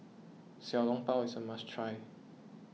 Xiao Long Bao is a must try